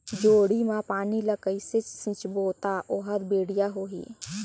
जोणी मा पानी ला कइसे सिंचबो ता ओहार बेडिया होही?